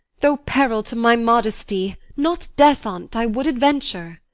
though peril to my modesty, not death on't, i would adventure.